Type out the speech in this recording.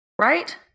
right